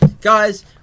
guys